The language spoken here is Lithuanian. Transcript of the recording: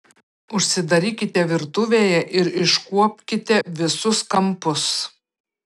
užsidarykite virtuvėje ir iškuopkite visus kampus